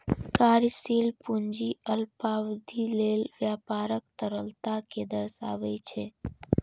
कार्यशील पूंजी अल्पावधिक लेल व्यापारक तरलता कें दर्शाबै छै